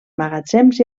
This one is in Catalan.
magatzems